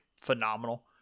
phenomenal